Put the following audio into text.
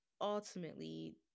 ultimately